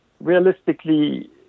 realistically